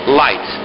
light